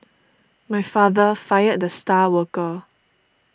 my father fired the star worker